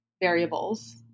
variables